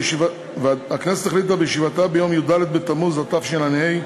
הכנסת החליטה בישיבתה ביום י"ד בתמוז התשע"ה,